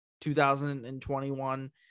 2021